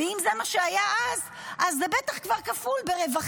אם זה מה שהיה אז, אז זה בטח כבר כפול ברווחים.